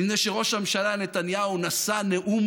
מפני שראש הממשלה נתניהו נשא נאום